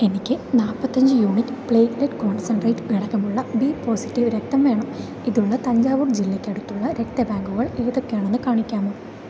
എനിക്ക് നാപ്പത്തഞ്ച് unit platelet concentrate ഘടകമുള്ള ബി പോസിറ്റീവ് രക്തം വേണം ഇതുള്ള തഞ്ചാവൂർ ജില്ലയ്ക്ക് അടുത്തുള്ള രക്തബാങ്കുകൾ ഏതൊക്കെയാണെന്ന് കാണിക്കാമോ